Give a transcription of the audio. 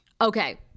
Okay